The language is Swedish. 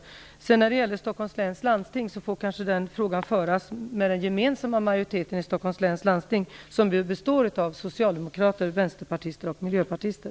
Problemen inom äldrevården i Stockholms läns landsting får kanske diskuteras med den gemensamma majoriteten i Stockholms läns landsting som ju består av socialdemokrater, vänsterpartister och miljöpartister.